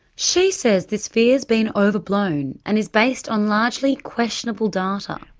she says this fear's been overblown and is based on largely questionable data.